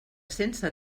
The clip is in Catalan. sense